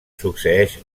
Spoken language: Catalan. succeeix